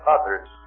others